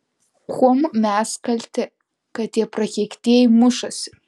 kuom mes kalti kad tie prakeiktieji mušasi